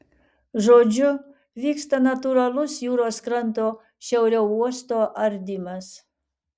žodžiu vyksta natūralus jūros kranto šiauriau uosto ardymas